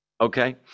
okay